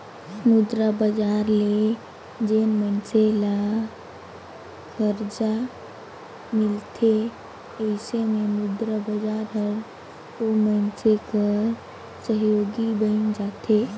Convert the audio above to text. मुद्रा बजार ले जेन मइनसे ल खरजा मिलथे अइसे में मुद्रा बजार हर ओ मइनसे कर सहयोगी बइन जाथे